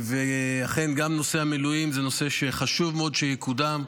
ואכן גם נושא המילואים זה נושא שחשוב מאוד שיקודם.